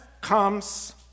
comes